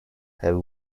have